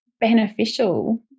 beneficial